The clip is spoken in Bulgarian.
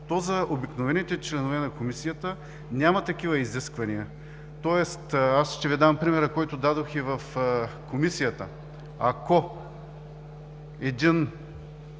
то за обикновените членове на Комисията няма такива изисквания. Ще Ви дам примера, който дадох и в Комисията. Ако един